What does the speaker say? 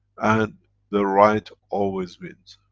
and the right always wins.